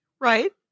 Right